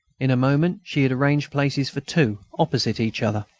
in a moment she had arranged places for two, opposite each other.